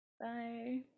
Bye